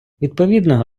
відповідно